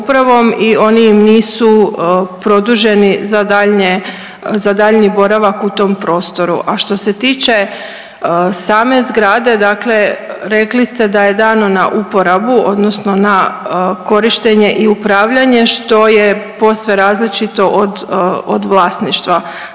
i oni im nisu produženi za daljnje, za daljnji boravak u tom prostoru. A što se tiče same zgrade dakle rekli ste da je dano na uporabu odnosno na korištenje i upravljanje što je posve različito od, od vlasništva.